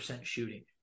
shooting